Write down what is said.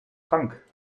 trank